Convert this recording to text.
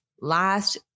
last